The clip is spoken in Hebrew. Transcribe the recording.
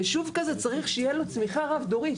ישוב כזה צריך שיהיה פה צמיחה רב דורית,